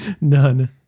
none